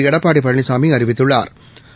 எடப்பாடி பழனிசாமி அறிவித்துள்ளாா்